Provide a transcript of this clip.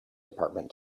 department